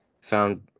found